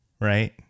right